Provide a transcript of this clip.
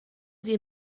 sie